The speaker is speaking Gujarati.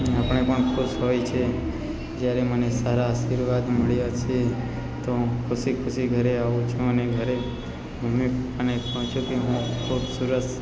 આપણે પણ ખુશ હોય છે જ્યારે મને સારા આશીર્વાદ મળ્યા છે તો હું ખુશી ખુશી ઘરે આવું છું અને ઘરે મમ્મી પપ્પાને કહું છું કે હું ખૂબ સરસ